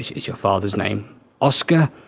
is your father's name oscar?